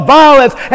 violence